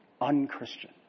unchristian